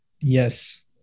yes